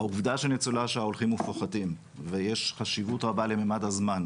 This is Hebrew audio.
העובדה שניצולי השואה הולכים ופוחתים ויש חשיבות רבה למימד הזמן.